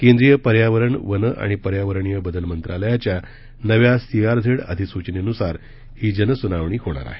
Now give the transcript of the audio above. केंद्रीय पर्यावरण वनं आणि वातावरणीय बदल मंत्रालयच्या नव्या सीआरझेड अधिसूचनेनुसार ही जनसुनवाणी होणार आहे